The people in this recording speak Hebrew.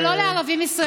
ולא לערבים ישראלים.